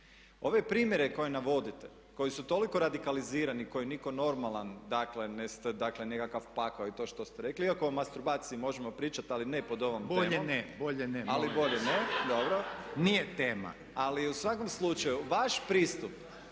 Ove primjere koje navodite, koji su toliko radikalizirani i koje nitko normalan dakle nekakav pakao i to što ste rekli iako o mastrubaciji možemo pričati ali ne pod ovom temom. Upadica predsjednik: Bolje ne./… Ali bolje ne. …/Upadica predsjednik: Nije tema./… Ali u svakom slučaju vaš pristup